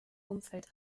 umfeld